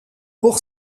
pour